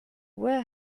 were